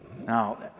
Now